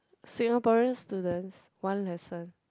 Singaporean students one lesson